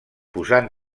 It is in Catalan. posant